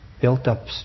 built-up